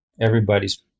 Everybody's